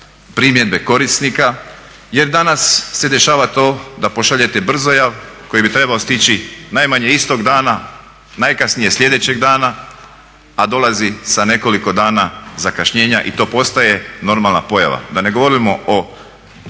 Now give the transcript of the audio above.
primjedbe korisnika. Jer danas se dešava to da pošaljete brzojav koji bi trebao stići najmanje istog dana, najkasnije sljedećeg dana a dolazi sa nekoliko dana zakašnjenja i to postaje normalna pojava. Da ne govorimo o